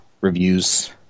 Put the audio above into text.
reviews